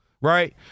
right